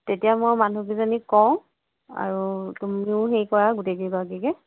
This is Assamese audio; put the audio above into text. তেতিয়া মই মানুহ কেইজনীক কওঁ আৰু তুমিও হেৰি কৰা গোটেই কেইগৰাকীকে